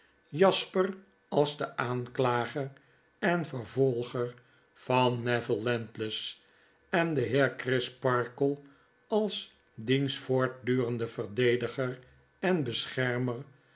jasper als de aanklager en vervolger van neville landless en de heer crisparkle als diens voortdurende verdediger en beschermer